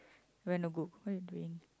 went to Google what you doing